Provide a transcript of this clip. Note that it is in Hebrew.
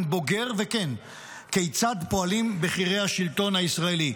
בוגר וכן כיצד פועלים בכירי השלטון הישראלי,